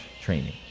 training